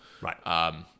Right